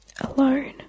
Alone